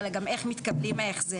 אלא גם איך מתקבלים ההחזרים.